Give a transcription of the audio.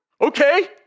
Okay